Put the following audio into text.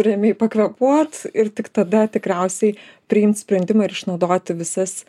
ramiai pakvėpuot ir tik tada tikriausiai priimt sprendimą ir išnaudoti visas